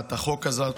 הצעת החוק הזאת,